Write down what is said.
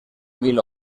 mil